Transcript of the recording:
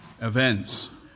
events